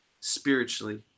spiritually